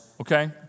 okay